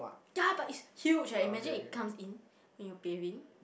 ya but it's huge eh imagine it comes in when you're bathing